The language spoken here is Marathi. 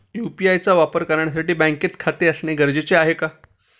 यु.पी.आय चा वापर करण्यासाठी बँकेत खाते असणे गरजेचे आहे का?